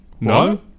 No